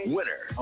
Winner